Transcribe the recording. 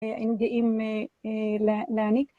אה... הם גאים להעניק